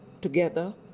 together